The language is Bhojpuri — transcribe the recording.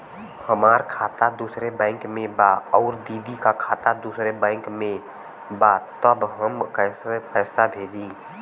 हमार खाता दूसरे बैंक में बा अउर दीदी का खाता दूसरे बैंक में बा तब हम कैसे पैसा भेजी?